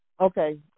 Okay